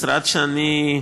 משרד שאני,